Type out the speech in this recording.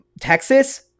Texas